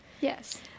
Yes